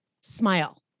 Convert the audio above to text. smile